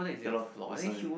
ya lor that's why